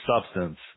substance